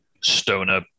stoner